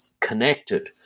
connected